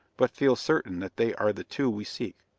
but feel certain that they are the two we seek.